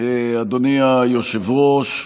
אדוני היושב-ראש.